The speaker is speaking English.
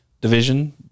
division